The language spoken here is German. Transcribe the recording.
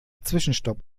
zwischenstopp